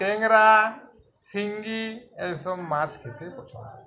ট্যাংরা শিঙ্গি এইসব মাছ খেতে পছন্দ